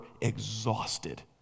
exhausted